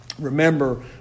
Remember